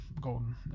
Golden